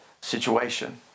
situation